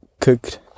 cooked